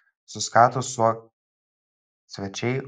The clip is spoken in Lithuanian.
suskato suokt svečiai